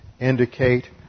indicate